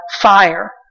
fire